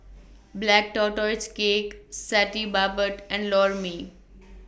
Black Tortoise Cake Satay Babat and Lor Mee